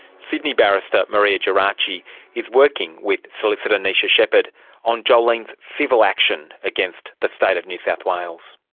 sydney barrister maria gerace is working with solicitor neisha shepherd on jolene's civil action against the state of new south wales.